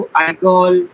alcohol